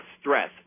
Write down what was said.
stress